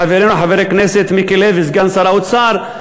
חברנו חבר הכנסת מיקי לוי, סגן שר האוצר,